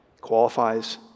qualifies